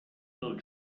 del